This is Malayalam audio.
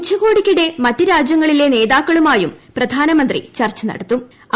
ഉച്ചക്കോടിയ്ക്കിടെ മറ്റ് രാജ്യങ്ങളിലെ നേതാക്കളുമായും പ്രധാന്ടമന്ത്രി ചർച്ച നടത്തുന്നുണ്ട്